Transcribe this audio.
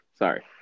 sorry